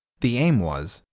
the aim was,